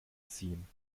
ziehen